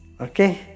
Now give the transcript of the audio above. okay